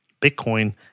Bitcoin